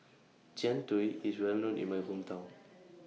Jian Dui IS Well known in My Hometown